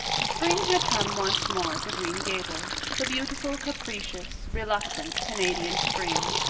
spring had come once more to green gables the beautiful capricious, reluctant canadian spring,